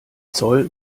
zoll